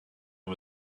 and